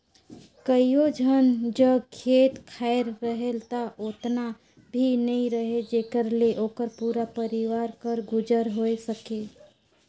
कइयो झन जग खेत खाएर रहेल ता ओतना भी नी रहें जेकर ले ओकर पूरा परिवार कर गुजर होए सके